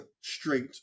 straight